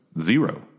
zero